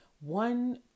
One